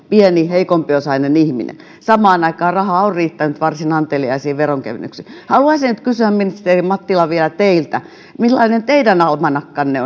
heikompiosainen ihminen samaan aikaan rahaa on riittänyt varsin anteliaisiin veronkevennyksiin haluaisin nyt kysyä ministeri mattila vielä teiltä millainen teidän almanakkanne